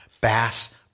Bass